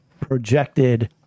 projected